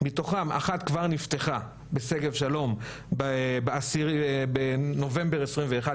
מתוכן אחת כבר נפתחה בשגב שלום בנובמבר 2021,